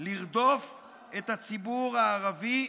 לרדוף את הציבור הערבי,